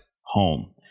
home